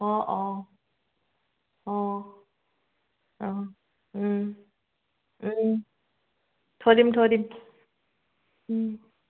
অঁ অঁ অঁ অঁ থৈ দিম থৈ দিম